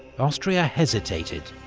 austria hesitated,